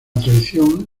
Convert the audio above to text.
traición